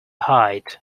hide